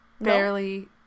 barely